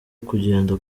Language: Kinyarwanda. kugenda